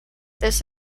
this